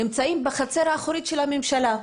נמצאים בחצר האחורית של הממשלה.